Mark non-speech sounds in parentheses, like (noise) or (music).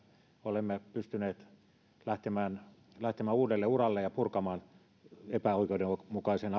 olemme pystyneet lähtemään lähtemään uudelle uralle ja purkamaan epäoikeudenmukaisen (unintelligible)